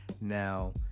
Now